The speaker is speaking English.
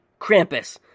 Krampus